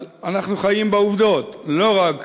אז, אנחנו חיים בעובדות: לא רק